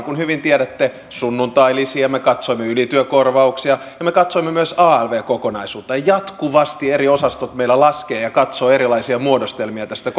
hyvin tiedätte sunnuntailisiä me katsoimme ylityökorvauksia ja me katsoimme myös alv kokonaisuutta jatkuvasti eri osastot meillä laskevat ja katsovat erilaisia muodostelmia tästä